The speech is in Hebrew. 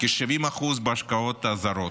כ-70% בהשקעות הזרות.